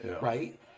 right